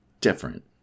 different